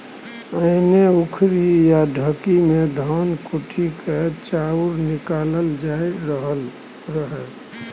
पहिने उखरि या ढेकी मे धान कुटि कए चाउर निकालल जाइ रहय